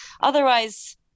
Otherwise